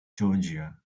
georgia